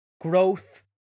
growth